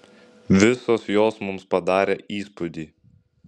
visos jos mums padarė įspūdį